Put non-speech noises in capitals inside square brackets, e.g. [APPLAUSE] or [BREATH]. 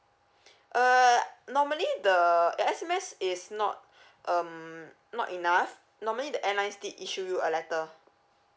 [BREATH] uh normally the S_M_S is not [BREATH] um not enough normally the airline did issued you a letter